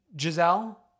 Giselle